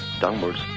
downwards